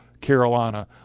Carolina